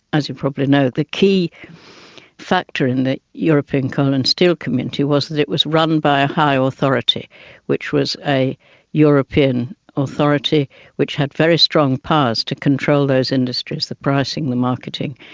as you probably know, the key factor in the european coal and steel community was that it was run by a high ah authority which was a european authority which had very strong powers to control those industries, the pricing, the marketing,